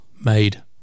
made